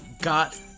got